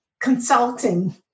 consulting